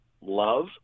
love